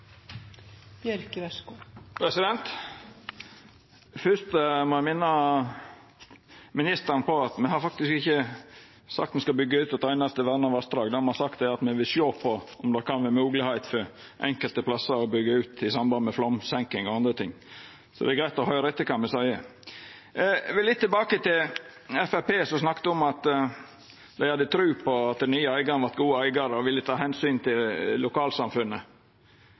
Fyrst må eg minna ministeren på at me faktisk ikkje har sagt at me skal byggja ut eit einaste verna vassdrag. Det me har sagt, er at me vil sjå på om det kan vera moglegheit for enkelte plassar å byggja ut i samband med flomsenking og andre ting. Det er greitt å høyra etter kva me seier. Eg vil litt tilbake til Framstegspartiet, som hadde tru på at dei nye eigarane vart gode eigarar og ville ta omsyn til lokalsamfunnet.